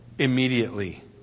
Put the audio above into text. immediately